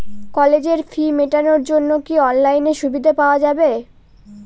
কলেজের ফি মেটানোর জন্য কি অনলাইনে সুবিধা পাওয়া যাবে?